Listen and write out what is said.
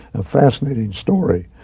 a fascinating story.